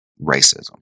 racism